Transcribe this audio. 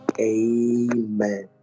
Amen